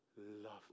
love